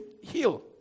heal